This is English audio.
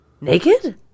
Naked